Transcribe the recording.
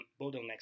bottlenecks